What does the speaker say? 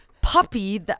puppy